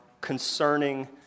Concerning